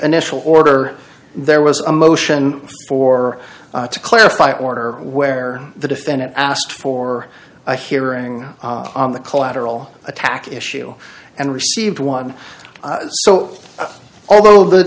initial order there was a motion for to clarify order where the defendant asked for a hearing on the collateral attack issue and received one so although the